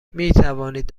میتوانید